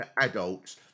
adults